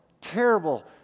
terrible